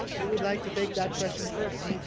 who would like to take that question first?